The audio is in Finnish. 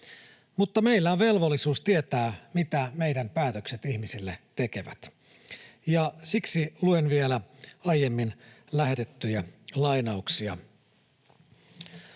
Mutta meillä on velvollisuus tietää, mitä meidän päätöksemme ihmisille tekevät, ja siksi luen vielä aiemmin lähetettyjä lainauksia.